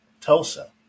Tulsa